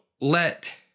let